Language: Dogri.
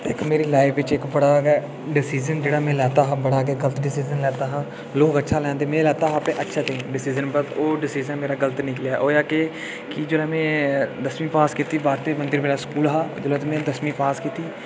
इक्क मेरी लाईफ बिच इक्क बड़ा गै डिसीजन जेह्ड़ा में लैता हा बड़ा गै डिसीजन लैता हा लोक अच्छा लैंदे में लैता हा अच्छा डिसीजन पर ओह् डिसीजन मेरा गलत निकलेआ होया केह् की जेह्ड़ा में दसमीं पास कीती भारतीय मंदर मेरा स्कूल हा जेल्लै में उत्थां मे दसमीं पास कीती